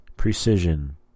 Precision